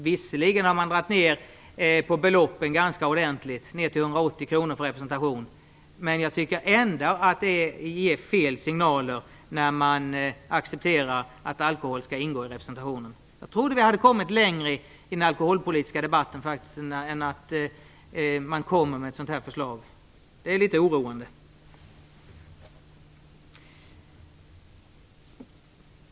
Visserligen har man dragit ned på beloppet ganska ordentligt, till 180 kr, för representation, men jag tycker ändå att det ger fel signaler när man accepterar att alkohol skall ingå i representationen. Jag trodde att vi hade kommit längre i den alkoholpolitiska debatten än att det skulle läggas fram ett sådant här förslag. Det är litet oroande.